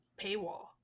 paywall